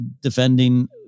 defending